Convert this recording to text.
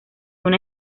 una